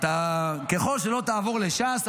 ככל שלא תעבור לש"ס,